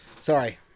sorry